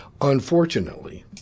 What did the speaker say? Unfortunately